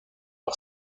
par